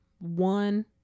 One